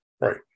Right